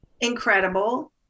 incredible